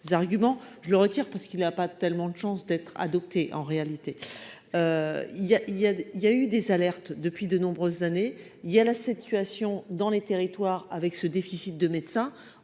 je le retire parce qu'il n'a pas tellement de chance d'être adoptée, en réalité, il y a, il y a, il y a eu des alertes depuis de nombreuses années, il y a la situation dans les territoires avec ce déficit de médecins,